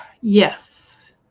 Yes